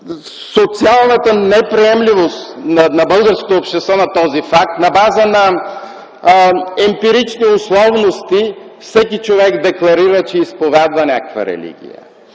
социалната неприемливост на българското общество на този факт, на база на емпирични условности всеки човек декларира, че изповядва някаква религия.